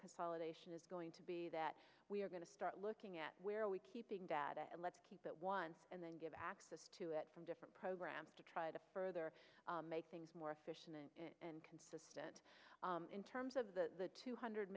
consolidation is going to be that we are going to start looking at where we keeping data let's keep that one and then give access to it from different programs to try to further make things more efficient and consider that in terms of the two hundred